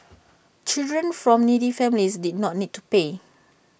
children from needy families did not need to pay